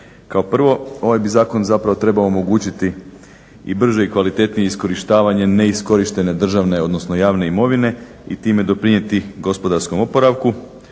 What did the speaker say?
Kao prvo ovaj bi zakon zapravo trebao omogućiti i brže i kvalitetnije iskorištavanje neiskorištene državne, odnosno javne imovine i time doprinijeti gospodarskom oporavku.